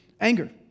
Anger